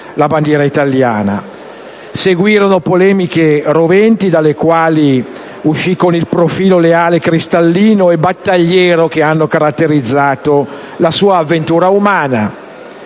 la bandiera italiana. Seguirono polemiche roventi dalle quali Bonatti uscì con il profilo leale, cristallino e battagliero che ha caratterizzato la sua avventura umana: